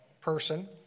person